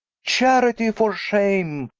charitie for shame,